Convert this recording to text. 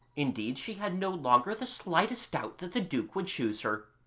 indeed she had no longer the slightest doubt that the duke would choose her.